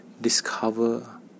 discover